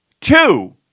Two